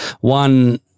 one